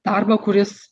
darbą kuris